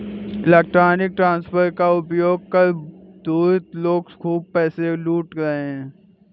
electronic transfer का उपयोग कर धूर्त लोग खूब पैसे लूट रहे हैं